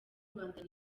rwanda